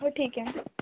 हो ठीक आहे